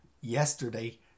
yesterday